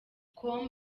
com